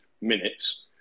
minutes